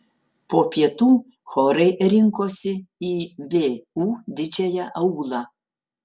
po pietų chorai rinkosi į vu didžiąją aulą